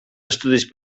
estudis